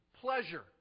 pleasure